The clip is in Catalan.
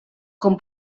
com